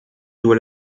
dois